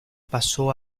pasó